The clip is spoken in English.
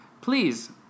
please